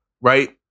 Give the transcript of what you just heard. right